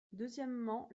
deuxièmement